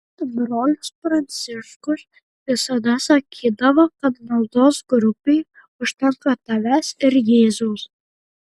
brolis pranciškus visada sakydavo kad maldos grupei užtenka tavęs ir jėzaus